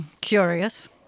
Curious